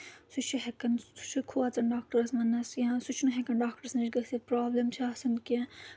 سُہ چھُ ہیٚکان سُہ چھُ کھوژان ڈاکٹرَس وَننَس یا سُہ چھُنہٕ ہیٚکان ڈاکٹرس نِش گٔژھِتھ پرابلم چھِ آسان کینٛہہ